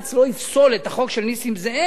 שבג"ץ לא יפסול את החוק של נסים זאב,